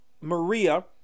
Maria